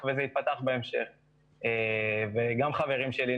גם של משרד הביטחון וגם של משרד האוצר,